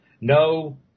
no